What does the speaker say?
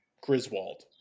Griswold